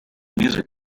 music